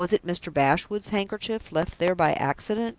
was it mr. bashwood's handkerchief, left there by accident?